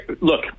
Look